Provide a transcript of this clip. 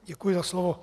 Děkuji za slovo.